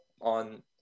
on